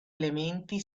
elementi